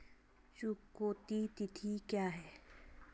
चुकौती तिथि क्या है?